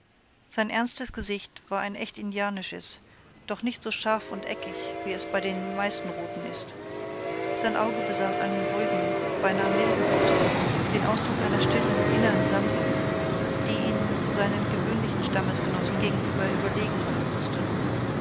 sein ernstes gesicht war ein echt indianisches doch nicht so scharf und eckig wie es bei den meisten roten ist sein auge besaß einen ruhigen beinahe milden ausdruck den ausdruck einer stillen innern sammlung die ihn seinen gewöhnlichen stammesgenossen gegenüber überlegen machen mußte